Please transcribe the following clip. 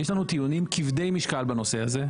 יש לנו טיעונים כבדי משקל בנושא הזה.